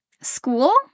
school